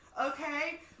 okay